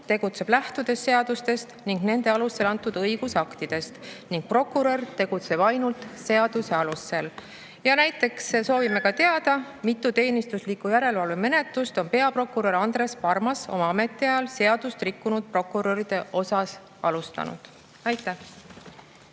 tegutseks lähtudes seadustest ning nende alusel antud õigusaktidest ja et prokurör tegutseks ainult seaduse alusel. Näiteks soovime teada, mitu teenistusliku järelevalve menetlust on peaprokurör Andres Parmas oma ametiajal seadust rikkunud prokuröride osas alustanud. Aitäh!